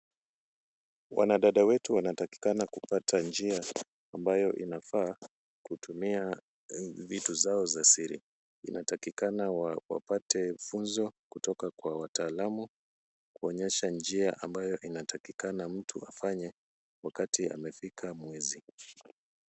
Wanadada wetu wanatakikana kupata njia ambayo inafaa kutumia vitu zao za siri. Inatakikana wapate funzo kutoka kwa wataalamu, kuonyesha njia ambayo inatakikana mtu afanye wakati amefika mwezi.